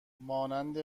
مانند